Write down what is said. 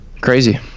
Crazy